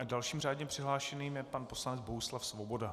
Dalším řádně přihlášeným je pan poslanec Bohuslav Svoboda.